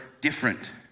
different